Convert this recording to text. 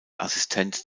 assistent